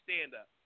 stand-up